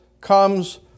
comes